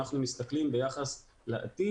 אנחנו מסתכלים ביחס לעתיד.